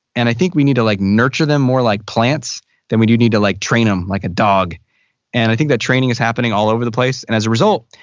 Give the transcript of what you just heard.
and i think we need to like nurture them more like plants than we do need to like train them like a dog and i think that training is happening all over the place and as a result,